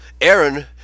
Aaron